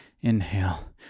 inhale